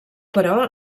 però